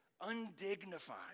undignified